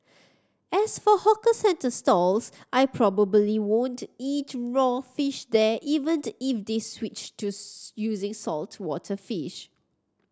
as for hawker centre stalls I probably won't eat raw fish there even the if they switched to using saltwater fish